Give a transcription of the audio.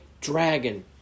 dragon